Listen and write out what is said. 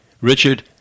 Richard